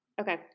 okay